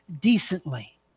decently